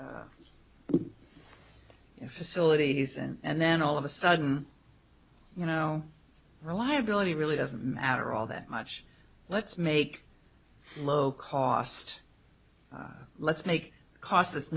facilities and then all of a sudden you know reliability really doesn't matter all that much let's make low cost let's make a cost